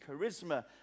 charisma